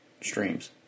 streams